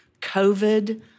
COVID